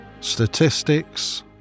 Statistics